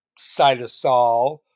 cytosol